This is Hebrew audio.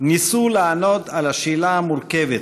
ניסו לענות על השאלה המורכבת,